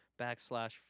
backslash